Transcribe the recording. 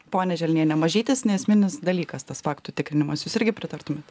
ponia želniene mažytis neesminis dalykas tas faktų tikrinimas jūs irgi pritartumėt